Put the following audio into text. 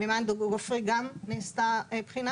מימן גופרי גם נעשתה בחינה